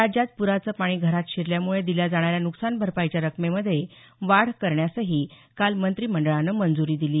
राज्यात पुराचं पाणी घरांत शिरल्यामुळे दिल्या जाणाऱ्या नुकसान भरपाईच्या रकमेमध्ये वाढ करण्यासही काल मंत्रीमंडळानं मंजूरी दिली